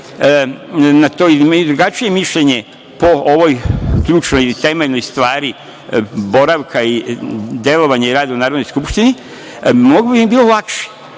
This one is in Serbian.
imaju drugačije mišljenje po ovoj ključnoj ili temeljnoj stvari boravka i delovanja i rada u Narodnoj skupštini, mnogo bi mi bilo lakše